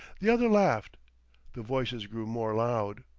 the other laughed the voices grew more loud.